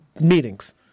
meetings